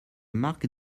marc